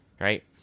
right